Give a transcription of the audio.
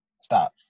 Stop